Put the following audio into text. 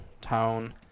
town